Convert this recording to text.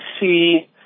see